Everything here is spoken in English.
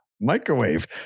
microwave